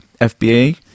FBA